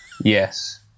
Yes